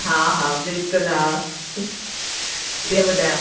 हा हा बिल्कुलु आहे जीअं ॿुधायो